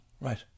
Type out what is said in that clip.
Right